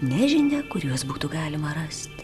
nežinia kur juos būtų galima rast